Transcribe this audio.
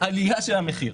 עלייה של המחיר.